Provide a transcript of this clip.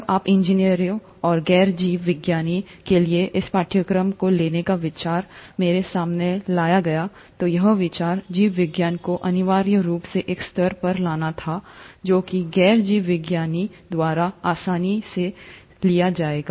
अब जब इंजीनियरों और गैर जीवविज्ञानी के लिए इस पाठ्यक्रम को लेने का विचार मेरे सामने लाया गया तो यह विचार जीव विज्ञान को अनिवार्य रूप से एक स्तर पर लाना था जो कि गैर जीवविज्ञानी द्वारा आसानी से लिया जाएगा